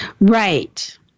Right